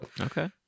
okay